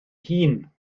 hŷn